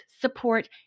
support